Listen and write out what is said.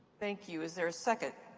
thank you. is there a second?